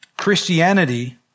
Christianity